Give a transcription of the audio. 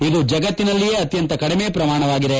ಇದು ಜಗತ್ತಿನಲ್ಲಿಯೇ ಅತ್ತಂತ ಕಡಿಮೆ ಪ್ರಮಾಣವಾಗಿದೆ